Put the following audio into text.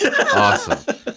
Awesome